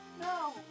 No